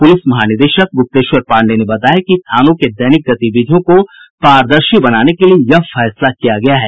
police महानिदेशक गुप्तेश्वर पांडेय ने बताया कि थानों के दैनिक गतिविधियों को पारदर्शी बनाने के लिए यह फैसला किया गया है